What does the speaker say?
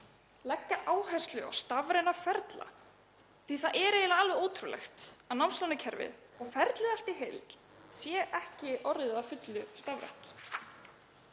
þarf áherslu á stafræna ferla því að það er eiginlega alveg ótrúlegt að námslánakerfið og ferlið allt í heild sé ekki orðið að fullu stafrænt.